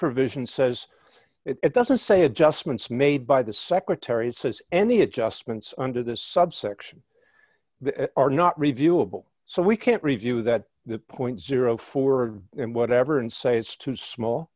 provision says it doesn't say adjustments made by the secretary says any adjustments under this subsection are not reviewable so we can't review that the point four and whatever and say is too small